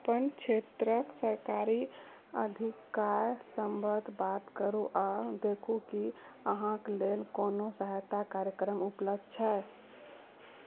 अपन क्षेत्रक सरकारी अधिकारी सभसँ बात करू आ देखू कि अहाँकेँ लेल कोनो सहायता कार्यक्रम उपलब्ध छैक